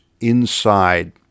inside